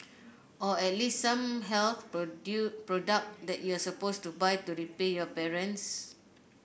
or at least some health product that you're supposed to buy to repay your parents